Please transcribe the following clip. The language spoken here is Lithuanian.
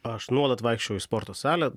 aš nuolat vaikščiojau į sporto salę